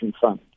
fund